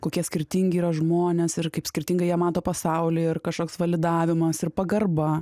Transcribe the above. kokie skirtingi yra žmonės ir kaip skirtingai jie mato pasaulį ir kažkoks validavimas ir pagarba